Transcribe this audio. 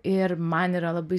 ir man yra labai